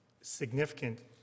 significant